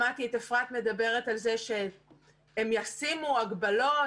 שמעתי את אפרת מדברת על זה שהם ישימו הגבלות